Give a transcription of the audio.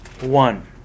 one